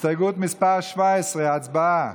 הסתייגות מס' 17, הצבעה.